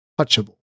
touchable